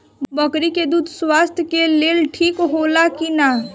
बकरी के दूध स्वास्थ्य के लेल ठीक होला कि ना?